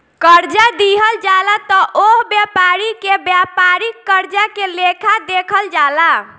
कर्जा दिहल जाला त ओह व्यापारी के व्यापारिक कर्जा के लेखा देखल जाला